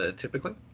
typically